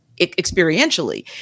experientially